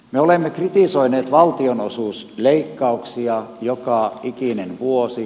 me olemme kritisoineet valtionosuusleikkauksia joka ikinen vuosi